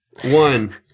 One